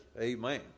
Amen